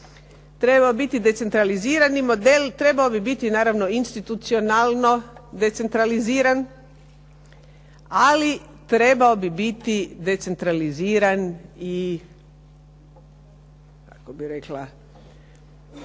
trebao biti decentralizirani model, trebao bi biti naravno institucionalno decentraliziran, ali trebao bi biti decentraliziran kako bi rekla